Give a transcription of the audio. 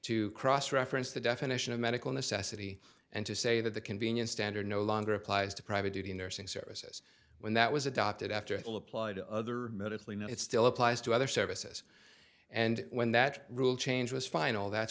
to cross reference the definition of medical necessity and to say that the convenience standard no longer applies to private duty nursing services when that was adopted after all applied to other medically now it still applies to other services and when that rule change was final that's